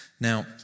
Now